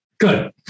Good